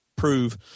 Prove